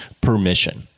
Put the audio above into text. permission